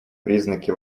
признаки